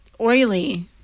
oily